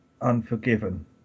unforgiven